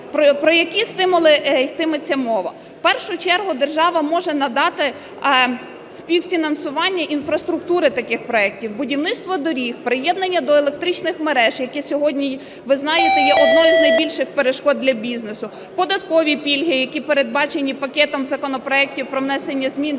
Про які стимули йтиметься мова. В першу чергу, держава може надати співфінансування інфраструктури таких проектів: будівництва доріг, приєднання до електричних мереж, які сьогодні, ви знаєте, є одною із найбільших перешкод для бізнесу, податкові пільги, які передбачені пакетом законопроектів про внесення змін